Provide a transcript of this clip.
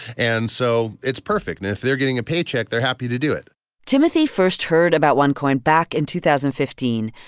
and so it's perfect. and if they're getting a paycheck, they're happy to do it timothy first heard about onecoin back in two thousand and fifteen,